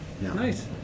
Nice